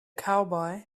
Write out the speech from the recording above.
cowboy